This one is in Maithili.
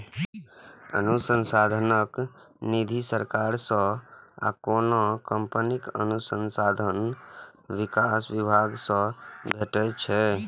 अनुसंधान निधि सरकार सं आ कोनो कंपनीक अनुसंधान विकास विभाग सं भेटै छै